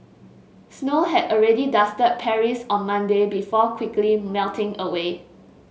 snow had already dusted Paris on Monday before quickly melting away